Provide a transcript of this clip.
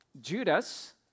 Judas